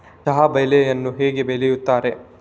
ಚಹಾ ಬೆಳೆಯನ್ನು ಹೇಗೆ ಬೆಳೆಯುತ್ತಾರೆ?